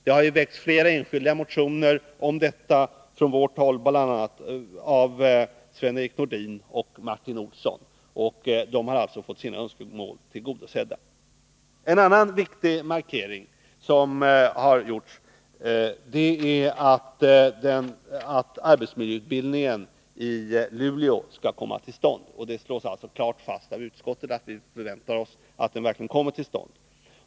Det har väckts flera enskilda motioner från centern om detta, bl.a. av Sven-Erik Nordin och Martin Olsson. De har alltså fått sina önskemål uppfyllda. En annan viktig markering är att utskottet förväntar att arbetsmiljöutbildningen i Luleå kommer till stånd. Också här har yrkanden ställts från centerhåll, av Per-Ola Eriksson.